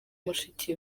mushiki